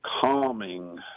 calming